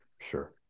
sure